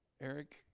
Eric